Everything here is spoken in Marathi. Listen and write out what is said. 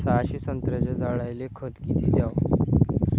सहाशे संत्र्याच्या झाडायले खत किती घ्याव?